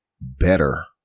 better